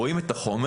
רואים את החומר,